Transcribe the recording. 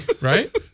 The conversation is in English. right